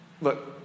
Look